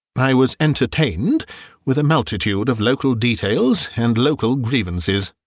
i was entertained with a multitude of local details and local grievances.